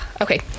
Okay